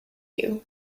you